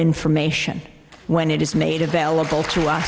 information when it is made available to us